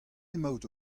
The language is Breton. emaout